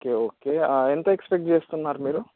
okay okay ఎంత expect చేస్తున్నారు మీరు